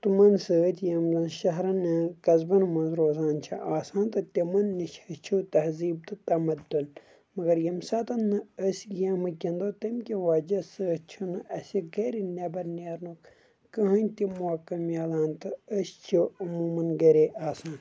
تِمن سۭتۍ یِم زن شہرن قصبن منٛز روزان چھِ آسان تہٕ تِمن نِش ہیٚچھِو تہزیٖب تہٕ تمدُن مگر ییٚمہِ ساتن نہٕ أسۍ گیمہٕ گِنٛدو تمہِ کہِ وجہ سۭتۍ چھُنہٕ اسہِ گرِ نٮ۪بر نٮیرنُک کٕہںۍ تہِ موقعہٕ میلان تہٕ أسۍ چھِ عموٗمن گریے آسان